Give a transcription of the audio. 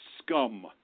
scum